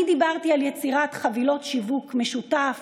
אני דיברתי על יצירת חבילות שיווק משותף